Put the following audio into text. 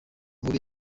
nkuru